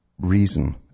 reason